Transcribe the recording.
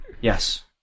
Yes